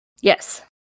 Yes